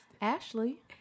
Ashley